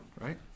right